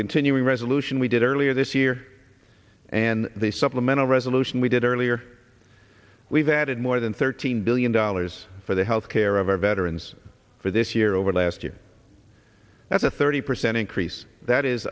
continuing resolution we did earlier this year and they supplemental resolution we did earlier we've added more than thirteen billion dollars for the health care of our veterans for this year over last year that's a thirty percent increase that is